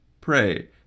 Pray